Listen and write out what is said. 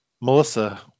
Melissa